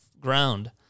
ground